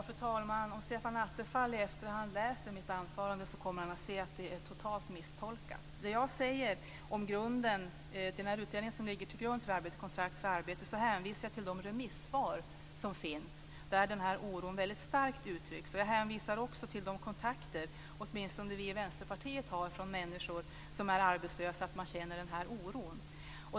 Fru talman! Om Stefan Attefall i efterhand läser mitt anförande kommer han att se att det är totalt misstolkat. Det jag säger om den utredning som ligger till grund för arbetet, Kontrakt för arbete - Rättvisa och tydliga regler i arbetslöshetsförsäkringen, är att jag hänvisar jag till remissvaren, där oron är väldigt starkt uttryckt. Jag hänvisar också till de kontakter som åtminstone vi i Vänsterpartiet har med människor som är arbetslösa och som känner denna oro.